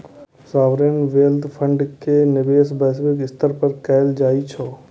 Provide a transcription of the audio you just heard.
sovereign wealth fund के निवेश वैश्विक स्तर पर कैल जाइ छै